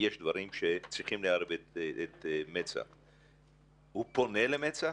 הוא פונה למצ"ח?